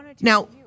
Now